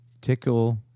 tickle